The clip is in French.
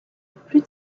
plus